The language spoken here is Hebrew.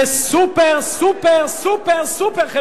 זה סופר, סופר, סופר, סופר-חברתי.